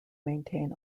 maintain